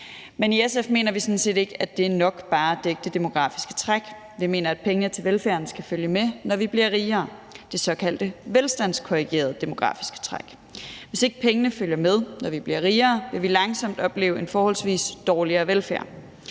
Men i SF mener vi sådan set ikke, det er nok bare at dække det demografiske træk. Vi mener, at pengene til velfærden skal følge med, når vi bliver rigere, det såkaldte velstandskorrigerede demografiske træk. Hvis ikke pengene følger med, når vi bliver rigere, vil vi langsomt opleve en forholdsvis dårligere velfærd.